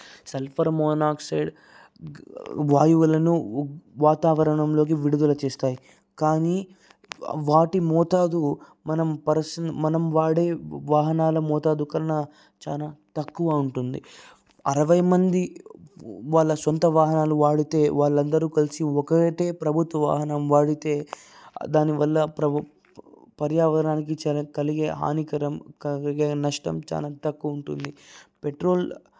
sulphur monoxide వాయువులను వాతావరణంలోకి విడుదల చేస్తాయి కానీ వాటి మోతాదు పరిస మనం వాడే వాహనాలు మోతాదుకన్నా చాలా తక్కువ ఉంటుంది అరవై మంది వాళ్ళ సొంత వాహనాలు వాడితే వాళ్ళు అందరు కలిసి ఒకటే ప్రభుత్వ వాహనం వాడితే దానివల్ల ప్రభు పర్యావరణానికి చాలా కలిగే హానికరం కలిగే నష్టం చాలా తక్కువ ఉంటుంది పెట్రోల్